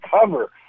cover